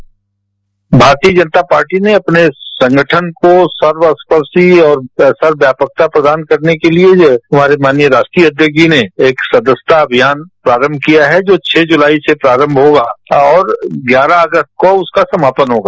भारतीय जनता पार्टी ने अपने संगठन को सर्वस्पर्शी और सर्व व्यापकता प्रदान करने के लिए हमारे माननीय राष्ट्रीय अध्यक्ष जी ने एक सदस्यता अभियान प्रारम्भ किया जो छः जुलाई से आरम्भ होगा और ग्यारह अगस्त तक उसका समापन होगा